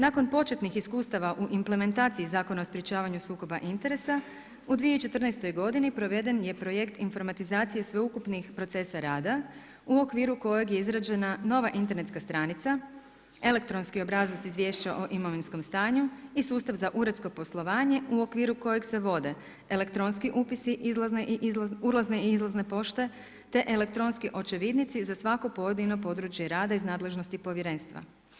Nakon početnih iskustava u implementaciji Zakona o sprječavanju sukoba interesa u 2014. godini proveden je projekt informatizacije sveukupnih procesa rada u okviru kojeg je izrađena nova internetska stranica, elektronski obrazac izvješća o imovinskom stanju i sustav za uredsko poslovanje u okviru kojeg se vodi elektronski upisi ulazne i izlazne pošte, te elektronski očevidnici za svako pojedino područje rada iz nadležnosti Povjerenstva.